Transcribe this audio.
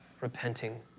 repenting